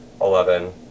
Eleven